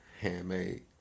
Handmade